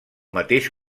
mateix